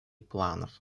планов